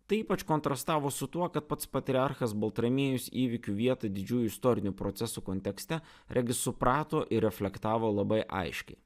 tai ypač kontrastavo su tuo kad pats patriarchas baltramiejus įvykių vietą didžiųjų istorinių procesų kontekste regis suprato ir reflektavo labai aiškiai